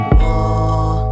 more